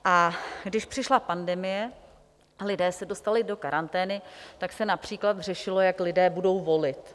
A když přišla pandemie, lidé se dostali do karantény, tak se například řešilo, jak lidé budou volit.